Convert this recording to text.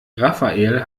rafael